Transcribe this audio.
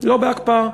לא בהקפאה.